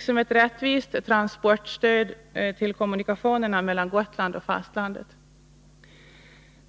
samt ett rättvist transportstöd till kommunikationerna mellan Gotland och fastlandet.